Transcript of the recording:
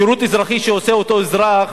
שירות אזרחי שעושה אותו אזרח,